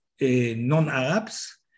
non-Arabs